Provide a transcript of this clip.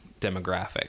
demographic